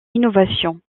innovation